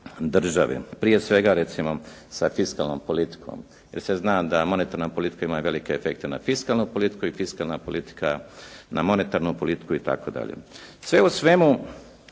države. Prije svega recimo sa fiskalnom politikom jer se zna da monetarna politika ima i velike efekte na fiskalnu politiku i fiskalna politika na monetarnu politiku itd. Sve u svemu,